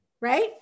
Right